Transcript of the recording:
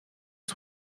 bez